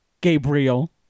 Gabriel